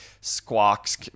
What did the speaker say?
Squawks